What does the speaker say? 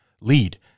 lead